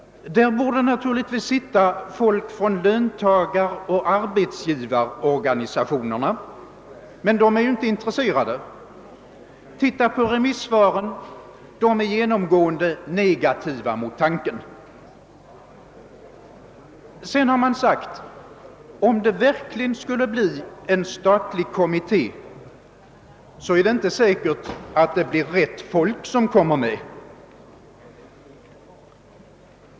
Där borde naturligtvis sitta folk från löntagaroch arbetsgivarorganisationerna, men de är ju inte intresserade; titta på remissvaren! De är genomgående negativa mot tanken. Sedan har man sagt: Om det verkligen skulle tillsättas en statlig kommitté så är det inte säkert att rätt folk kommer med i den.